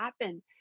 happen